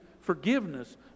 forgiveness